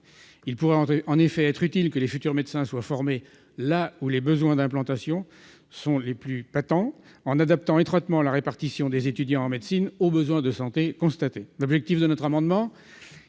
Il pourrait en effet être utile que les futurs médecins soient formés là où les besoins d'implantation sont les plus patents en adaptant étroitement la répartition des étudiants en médecine aux besoins de santé constatés. L'objet de notre amendement-